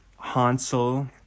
Hansel